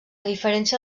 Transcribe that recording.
diferència